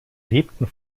lebten